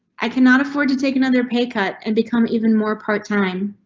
i cannot afford to take another pay cut and become even more part time.